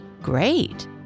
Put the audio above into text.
Great